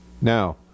Now